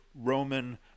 Roman